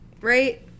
right